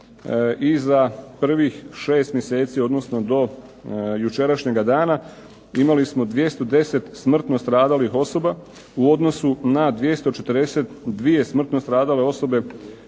za prvih 6 mjeseci, odnosno do jučerašnjega dana imali smo 210 smrtno stradalih osoba u odnosu na 242 smrtno stradale osobe